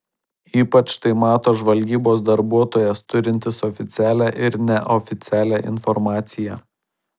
ypač tai mato žvalgybos darbuotojas turintis oficialią ir neoficialią informaciją